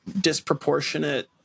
disproportionate